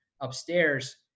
upstairs